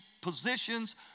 positions